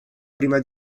prima